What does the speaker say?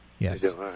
Yes